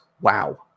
wow